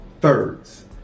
thirds